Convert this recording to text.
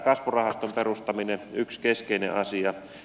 kasvurahaston perustaminen on yksi keskeinen asia